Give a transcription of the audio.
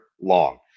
long